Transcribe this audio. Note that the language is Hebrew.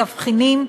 תבחינים,